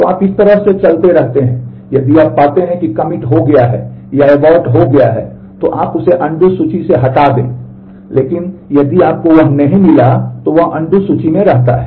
तो आप इस तरह से चलते रहते हैं यदि आप पाते हैं कि कमिट हो गया है या एबोर्ट सूची में रहता है